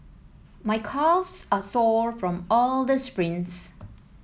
my calves are sore from all the sprints